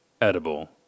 edible